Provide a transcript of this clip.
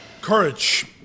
Courage